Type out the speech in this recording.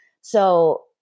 So-